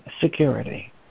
security